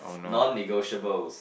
non negotiables